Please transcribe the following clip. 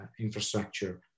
infrastructure